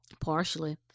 partially